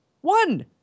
One